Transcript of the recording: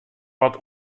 wat